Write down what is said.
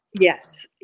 Yes